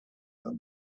than